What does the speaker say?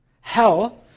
Hell